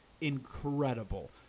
incredible